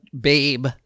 babe